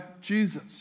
Jesus